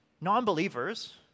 non-believers